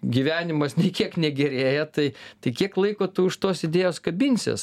gyvenimas nė kiek negerėja tai taik kiek laiko tu už tos idėjos kabinsiesi